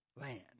land